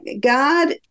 God